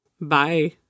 bye